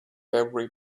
every